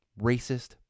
racist